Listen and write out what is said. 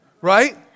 right